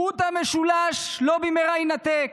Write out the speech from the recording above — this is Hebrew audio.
"והחוט המשולש לא במהרה ינתק",